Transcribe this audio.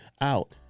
out